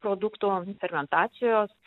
produktų fermentacijos